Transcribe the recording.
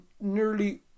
nearly